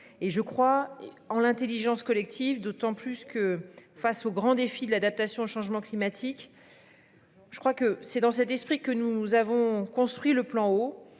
et je crois en l'Intelligence collective d'autant plus que, face aux grands défis de l'adaptation au changement climatique. Je crois que c'est dans cet esprit que nous avons construit le plan eau